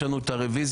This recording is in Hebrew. יש לנו את הרביזיה